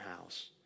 house